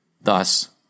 thus